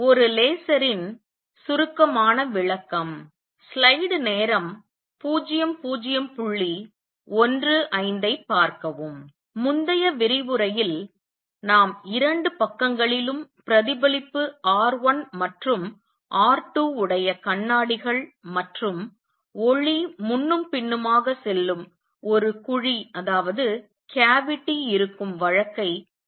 ஒரு லேசரின் சுருக்கமான விளக்கம் முந்தைய விரிவுரையில் நாம் இரண்டு பக்கங்களிலும் பிரதிபலிப்பு R1 மற்றும் R2 உடைய கண்ணாடிகள் மற்றும் ஒளி முன்னும் பின்னுமாக செல்லும் ஒரு குழி இருக்கும் வழக்கை கருத்தில் கொண்டோம்